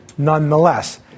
Nonetheless